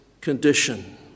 condition